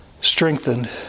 strengthened